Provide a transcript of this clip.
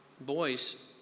Boys